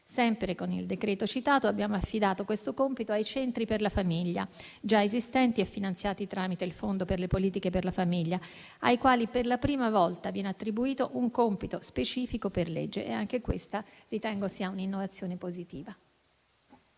Sempre con il decreto citato, abbiamo affidato questo compito ai centri per la famiglia già esistenti e finanziati tramite il fondo per le politiche per la famiglia, ai quali, per la prima volta, viene attribuito un compito specifico per legge. Anche questa, io ritengo sia un'innovazione positiva.